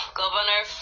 governor